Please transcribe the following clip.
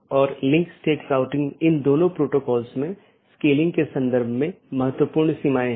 और यह बैकबोन क्षेत्र या बैकबोन राउटर इन संपूर्ण ऑटॉनमस सिस्टमों के बारे में जानकारी इकट्ठा करता है